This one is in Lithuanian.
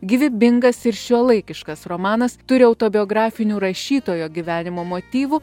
gyvybingas ir šiuolaikiškas romanas turi autobiografinių rašytojo gyvenimo motyvų